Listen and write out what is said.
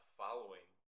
following